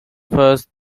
first